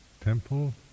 temple